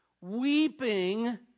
weeping